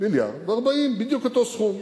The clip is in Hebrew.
1.040 מיליארד, בדיוק אותו סכום.